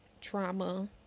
trauma